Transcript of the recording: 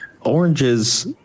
oranges